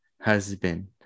husband